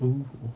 oo